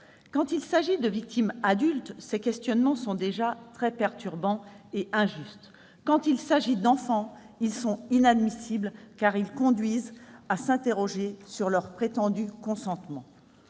Quand il s'agit de victimes adultes, ces questionnements sont déjà très perturbants et injustes. Quand il s'agit d'enfants, ils sont inadmissibles, car ils conduisent à s'interroger sur leur prétendu consentement.